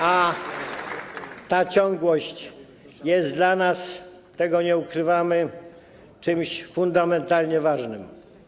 A ta ciągłość jest dla nas - tego nie ukrywamy - czymś fundamentalnie ważnym.